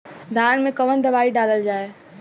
धान मे कवन दवाई डालल जाए?